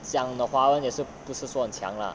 讲的华文也是不是说强 lah